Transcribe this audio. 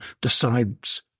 decides